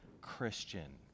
Christian